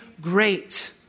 great